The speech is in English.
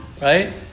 right